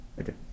Okay